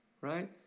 right